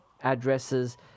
addresses